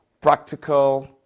Practical